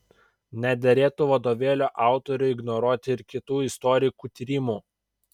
nederėtų vadovėlio autoriui ignoruoti ir kitų istorikų tyrimų